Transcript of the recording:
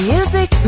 Music